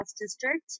District